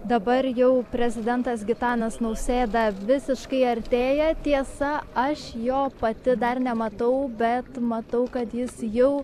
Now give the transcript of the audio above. dabar jau prezidentas gitanas nausėda visiškai artėja tiesa aš jo pati dar nematau bet matau kad jis jau